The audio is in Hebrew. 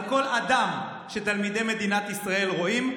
על כל אדם שתלמידי מדינת ישראל רואים,